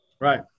Right